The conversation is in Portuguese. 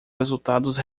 resultados